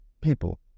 people